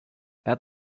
add